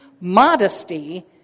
modesty